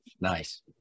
Nice